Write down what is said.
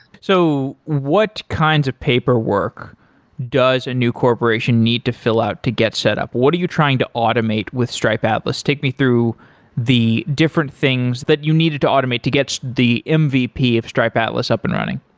so what kinds of paperwork does a new corporation need to fill out to get set up? what are you trying to automate with stripe atlas? take me through the different things that you needed to automate to get the ah mvp of stripe atlas up and running.